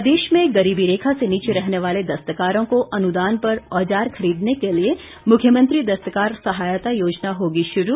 प्रदेश में गरीबी रेखा से नीचे रहने वाले दस्तकारों को अनुदान पर औजार खरीदने के लिए मुख्यमंत्री दस्तकार सहायता योजना होगी शुरू